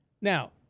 Now